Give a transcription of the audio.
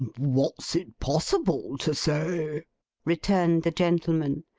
what's it possible to say returned the gentleman.